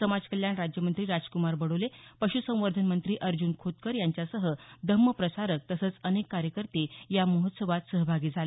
समाज कल्याण राज्यमंत्री राजक्मार बडोले पश्संवर्धन मंत्री अर्जुन खोतकर यांच्यासह धम्म प्रसारक तसंच अनेक कार्यकर्ते या महोत्सवात सहभागी झाले